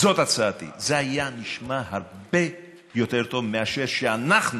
זאת הצעתי, זה היה נשמע הרבה יותר טוב מאשר שאנחנו